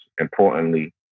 importantly